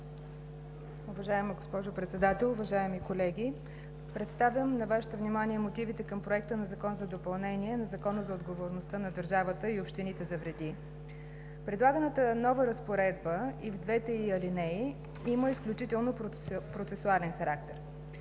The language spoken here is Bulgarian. Уважаема госпожо Председател, уважаеми колеги! Представям на Вашето внимание мотивите към Проекта на Закон за допълнение на Закона за отговорността на държавата и общините за вреди. „Предлаганата нова разпоредба и в двете ѝ алинеи има изключително процесуален характер.